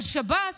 אבל שב"ס,